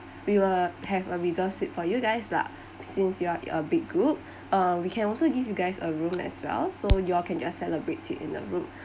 we will have a reserved seat for you guys lah since you are a big group uh we can also give you guys a room as well so you all can just celebrate it in the room